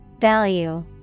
Value